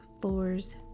floors